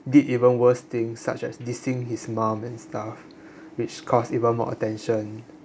did even worse thing such as dissing his mom and stuff which caused even more attention